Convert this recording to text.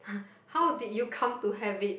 how did you come to have it